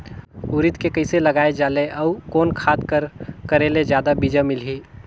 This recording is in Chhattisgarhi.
उरीद के कइसे लगाय जाले अउ कोन खाद कर करेले जादा बीजा मिलही?